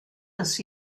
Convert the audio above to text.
des